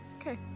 Okay